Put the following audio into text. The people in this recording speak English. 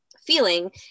feeling